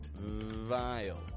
Vile